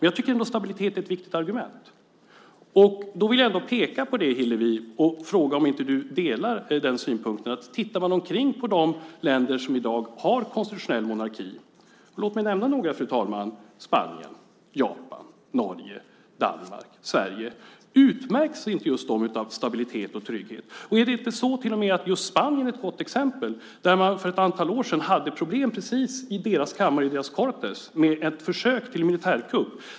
Jag tycker att stabilitet är ett viktigt argument och vill därför peka på det. Om man ser på de länder som i dag har konstitutionell monarki - låt mig, fru talman, nämna Spanien, Japan, Norge, Danmark, Sverige - vill jag fråga Hillevi om hon inte delar åsikten att just de länderna utmärks av stabilitet och trygghet. Är inte Spanien ett gott exempel på det? De hade på 80-talet problem i kammaren, Cortes, med ett försök till militärkupp.